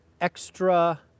extra